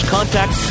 Contact